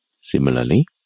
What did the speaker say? Similarly